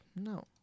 no